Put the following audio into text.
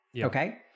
Okay